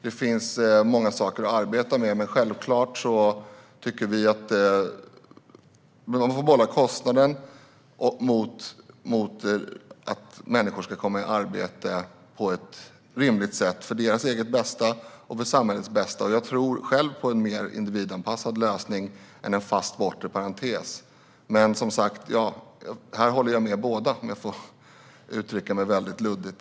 Det finns många saker att arbeta med, men självklart tycker vi att man får väga kostnaden mot att människor ska komma i arbete på ett rimligt sätt, både för deras eget bästa och för samhällets bästa. Jag tror själv på en mer individanpassad lösning än en fast bortre parentes. Men, som sagt, här håller jag med båda om jag får uttrycka mig luddigt.